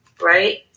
right